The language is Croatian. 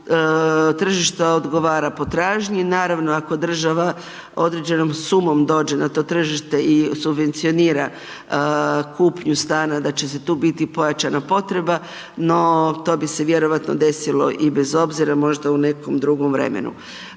tržište odgovara potražnji i naravno, ako država određenom sumom dođe na to tržište i subvencionira kupnju stana, da će se tu biti i pojačana potreba, no, to bi se vjerojatno desilo i bez obzira, možda u nekom drugom vremenu.